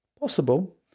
possible